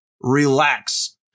Relax